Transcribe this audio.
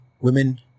women